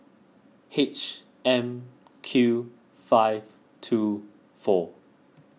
H M Q five two four